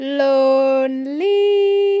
lonely